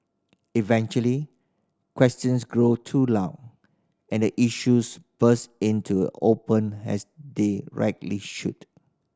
eventually questions grow too loud and the issues burst into open as they rightly should